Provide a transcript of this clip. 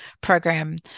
program